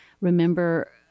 remember